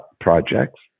projects